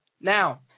Now